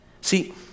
See